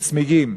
עם צמיגים.